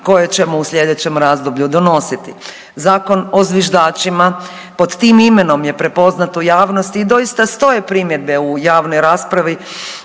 koje ćemo u slijedećem razdoblju donositi. Zakon o zviždačima pod tim imenom je prepoznat u javnosti i doista stoje primjedbe u javnoj raspravi